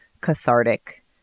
cathartic